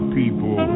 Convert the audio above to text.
people